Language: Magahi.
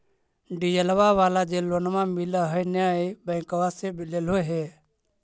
डिजलवा वाला जे लोनवा मिल है नै बैंकवा से लेलहो हे?